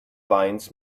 lines